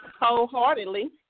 wholeheartedly